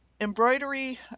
Embroidery